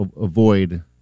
avoid